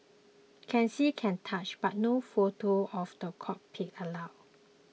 can see can touch but no photos of the cockpit allowed